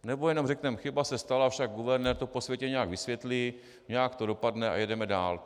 Nebo jenom řekneme chyba se stala, však guvernér to po světě nějak vysvětlí, nějak to dopadne a jedeme dál.